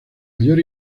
mayor